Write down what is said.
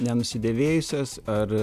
nenusidėvėjusios ar